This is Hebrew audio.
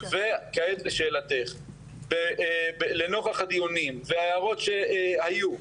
וכעת לשאלתך, לנוכח הדיונים וההערות שהיו,